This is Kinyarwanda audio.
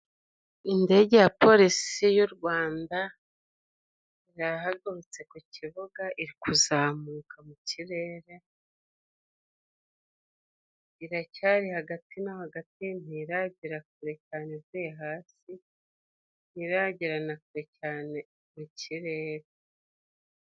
Indege ya polisi y'u Rwanda yahagurutse ku kibuga, iri kuzamuka mu kirere, iracyari hagati no hagati, nteragera kure cyane ivuye hasi ntigirana kure cyane mu kirere.